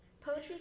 poetry